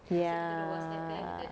ya